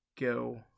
go